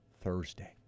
Thursday